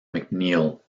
mcneil